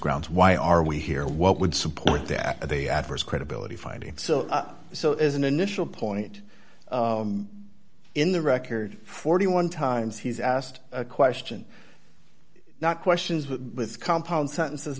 grounds why are we here what would support that they adverse credibility finding so so is an initial point in the record forty one times he's asked a question not questions with compound sentences